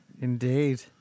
Indeed